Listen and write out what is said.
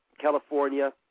California